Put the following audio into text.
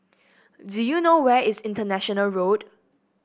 do you know where is International Road